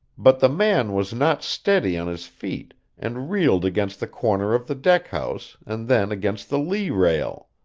but the man was not steady on his feet and reeled against the corner of the deck-house and then against the lee rail.